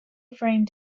framed